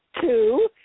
two